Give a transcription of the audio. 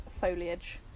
foliage